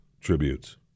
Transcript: tributes